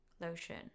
Lotion